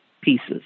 pieces